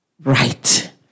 right